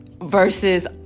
versus